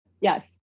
yes